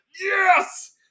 Yes